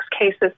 cases